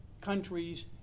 countries